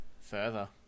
Further